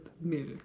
milk